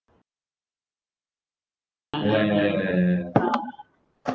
ya ya ya ya ya